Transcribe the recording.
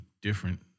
different